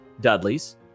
Dudley's